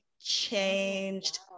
changed